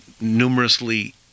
numerously